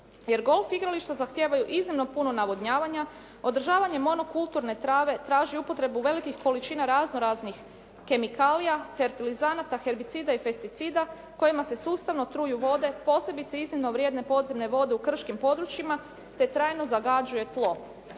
Jer golf igrališta zahtijevaju iznimno puno navodnjavanja, održavanja monokulturne trave, traži upotrebu velikih količina razno raznih kemikalija, fertilizanata, hebricida i pesticida kojima se sustavno truju vode, posebice iznimno vrijedne podzemne vode u krškim područjima, te trajno zagađuje tlo.